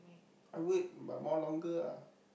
I'll wait but more longer lah